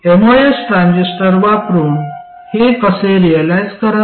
MOS transistor वापरुन हे कसे रिअलाईझ कराल